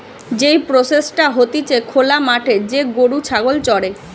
যেই প্রসেসটা হতিছে খোলা মাঠে যে গরু ছাগল চরে